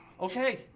okay